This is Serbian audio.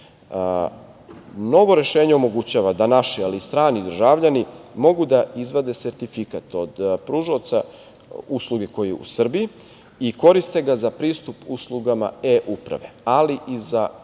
Novo rešenje omogućava da naši, ali i strani državljani, mogu da izvade sertifikat od pružaoca usluge koji je u Srbiji i koriste ga za pristup uslugama e-uprave, ali i za uopšte